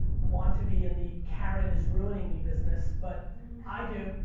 want to be in the karen is ruining me business, but i do.